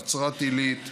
נצרת עילית,